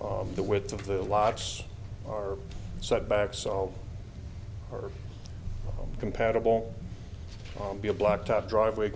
on the width of the locks are set back so are compatible be a blacktop driveway